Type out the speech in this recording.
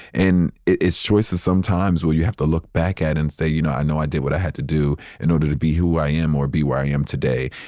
and it's choices sometimes where you have to look back at and say, you know, i know i did what i had to do in order to be who i am or be where i am today.